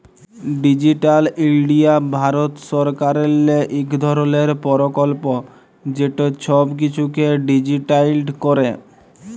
digital India Bharat সরকারেরলে ইক ধরলের পরকল্প যেট ছব কিছুকে ডিজিটালাইস্ড ক্যরে